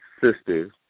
sisters